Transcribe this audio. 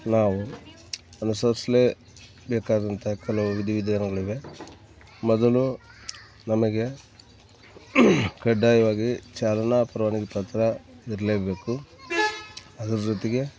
ನಾವು ಅನುಸರಿಸ್ಲೇ ಬೇಕಾದಂತ ಕೆಲವು ವಿಧಿ ವಿಧಾನಗಳಿವೆ ಮೊದಲು ನಮಗೆ ಕಡ್ಡಾಯವಾಗಿ ಚಾಲನಾ ಪರ್ವಾನಗಿ ಪತ್ರ ಇರಲೇಬೇಕು ಅದ್ರ ಜೊತೆಗೆ